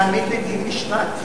להעמיד לדין משמעתי,